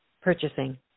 Purchasing